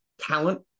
talent